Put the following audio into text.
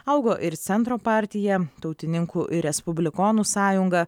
augo ir centro partija tautininkų ir respublikonų sąjunga